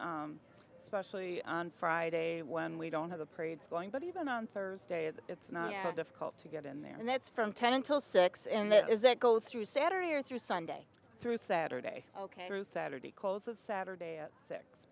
especially on friday when we don't have the parades going but even on thursday it's not difficult to get in there and that's from ten until six and that is it goes through saturday or through sunday through saturday ok through saturday closes saturday at six